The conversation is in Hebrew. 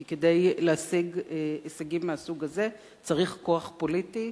כי כדי להשיג הישגים מהסוג הזה צריך כוח פוליטי,